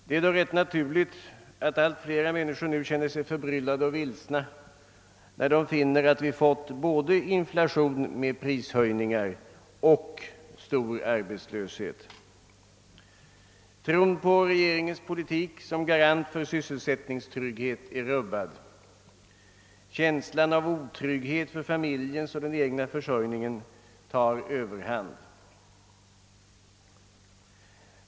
Det är då rätt naturligt att allt flera människor känner sig förbryllade och vilsna, när de finner att vi nu har fått både inflation med prishöjningar och stor arbetslöshet. Tron på regeringens politik som garant för sys selsättningstrygghet är rubbad. Känslan av otrygghet för familjen och den egna försörjningen tar överhand.